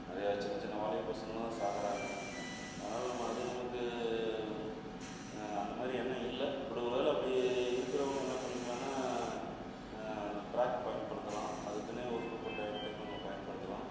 நிறைய சின்னச் சின்ன வாலிப பசங்கள்லாம் சாகுறாங்க அதனால் நம்ம அது நமக்கு அந்த மாதிரி எண்ணம் இல்லை பட் ஒரு வேளை அப்படி இருக்கிறவங்க என்னப் பண்ணிக்கலான்னா அந்த ட்ராக்கைப் பயன்படுத்தலாம் அதுக்குன்னே ஒதுக்கப்பட்ட இடத்த நம்ம பயன்படுத்தலாம்